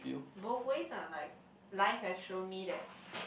both ways lah like life has shown me that